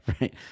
right